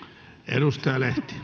arvoisa